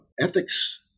Ethics